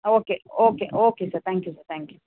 okay okay okay sir thank you sir thank you